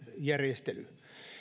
järjestely